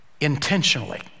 intentionally